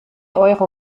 euro